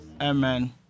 Amen